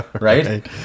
Right